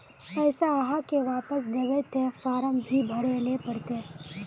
पैसा आहाँ के वापस दबे ते फारम भी भरें ले पड़ते?